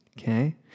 Okay